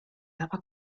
daba